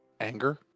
anger